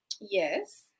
yes